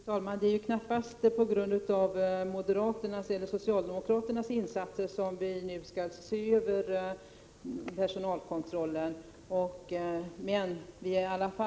Fru talman! Det är knappast på grund av moderaternas eller socialdemokraternas insatser som personalkontrollen nu blir föremål för utredning.